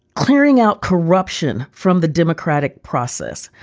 clearing out corruption from the democratic process,